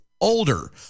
older